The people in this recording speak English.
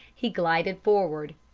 he glided forward.